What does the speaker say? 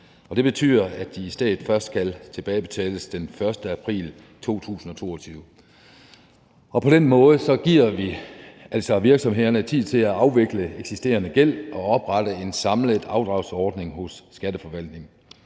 Det betyder, at de i stedet først skal tilbagebetales den 1. april 2022. På den måde giver vi virksomhederne tid til at afvikle eksisterende gæld og oprette en samlet afdragsordning hos skatteforvaltningen.